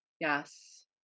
Yes